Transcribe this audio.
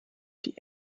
die